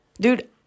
Dude